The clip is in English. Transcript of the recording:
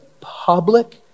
public